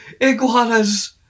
iguanas